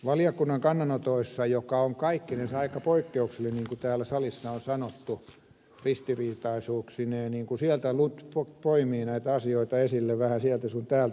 valiokunnan kannanotot ovat kaikkinensa aika poikkeuksellisia niin kuin täällä salissa on sanottu ristiriitaisuuksineen kun sieltä poimii näitä asioita esille vähän sieltä sun täältä